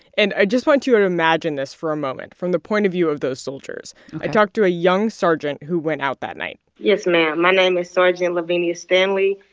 and i just want you to imagine this for a moment from the point of view of those soldiers ok i talked to a young sergeant who went out that night yes, ma'am. my name is sergeant lavinia stanley.